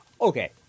okay